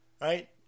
right